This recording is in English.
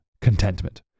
contentment